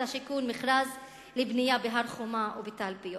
השיכון מכרז לבנייה בהר-חומה ובתלפיות.